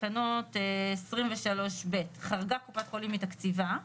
בתקנה 23(ב): חרגה קופת חולים מתקציבה,